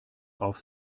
auf